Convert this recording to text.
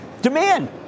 Demand